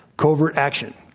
covert action,